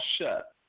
shut